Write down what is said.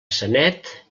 sanet